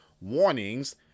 warnings